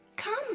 Come